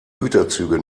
güterzüge